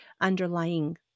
underlying